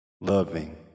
loving